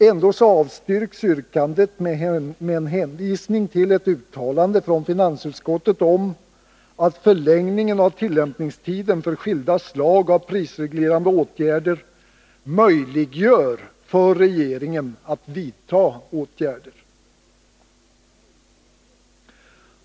Ändå avstyrks yrkandet med en hänvisning till ett uttalande från finansutskottet om att förlängningen av tillämpningstiden för skilda slag av prisreglerande åtgärder möjliggör för regeringen att vidta åtgärder.